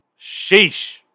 Sheesh